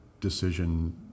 decision